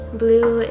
blue